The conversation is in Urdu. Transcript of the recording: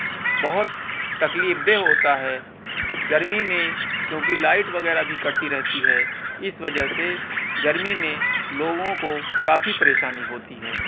بہت تکلیف دہ ہوتا ہے گرمی میں کیونکہ لائٹ وغیرہ بھی کٹتی رہتی ہے اس وجہ سے گرمی میں لوگوں کو کافی پریشانی ہوتی ہے